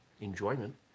enjoyment